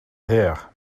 here